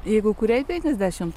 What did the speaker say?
jeigu kuriai penkiasdešimt